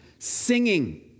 singing